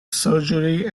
surgery